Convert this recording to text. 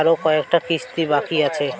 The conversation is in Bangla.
আরো কয়টা কিস্তি বাকি আছে?